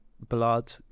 blood